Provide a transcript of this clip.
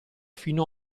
fino